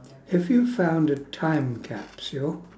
if you found a time capsule